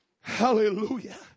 hallelujah